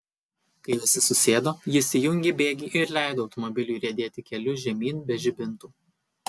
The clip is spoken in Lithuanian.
kai visi susėdo jis įjungė bėgį ir leido automobiliui riedėti keliu žemyn be žibintų